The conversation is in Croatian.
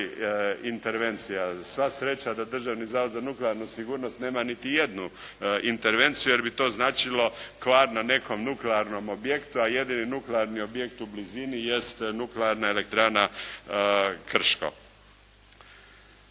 intervencija. Sva sreća da Državni zavod za nuklearnu sigurnost nema niti jednu intervenciju jer bi to značilo kvar na nekom nuklearnom objektu, a jedini nuklearni objekt u blizini jest Nuklearna elektrana Krško.